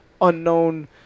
unknown